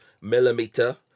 millimeter